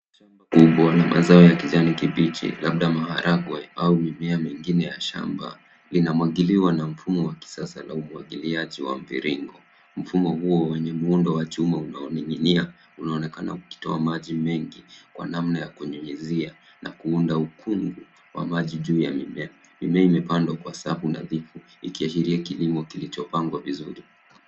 Shamba kubwa yenye mazao ya kijani kibichi labda maharagwe au mimea ingine ya shamba linamwagiliwa na mfumo wa kisasa wa umwagiliaji wa mviringo. Mfumo huo wenye muundo wa chuma unaoning'inia unaonekana ukitoa maji mengi kwa namna ya kunyunyuzia na kuunda ukungu wa maji juu ya mimea. Mimea imepandwa kwa safu nadhifu ikiashiria kilimo kilichopangwa vizuri.